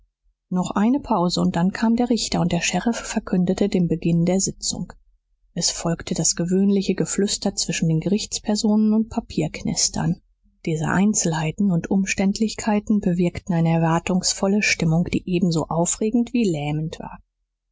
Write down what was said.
noch eine pause und dann kam der richter und der sheriff verkündete den beginn der sitzung es folgte das gewöhnliche geflüster zwischen den gerichtspersonen und papierknistern diese einzelheiten und umständlichkeiten bewirkten eine erwartungsvolle stimmung die ebenso aufregend wie lähmend war